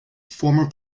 former